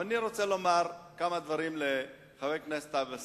אבל אני רוצה לומר כמה דברים לחבר הכנסת טלב אלסאנע.